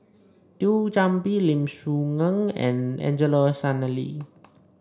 Thio Chan Bee Lim Soo Ngee and Angelo Sanelli